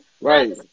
Right